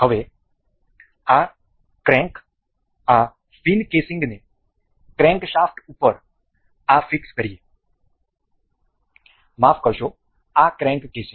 હવે આ ક્રેન્ક આ ફિન કેસિંગને ક્રેન્કશાફ્ટ ઉપર આ ફિક્સ કરીએ માફ કરશો આ ક્રેન્ક કેસિંગ